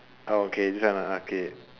ah okay this one okay